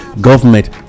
Government